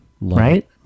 Right